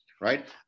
right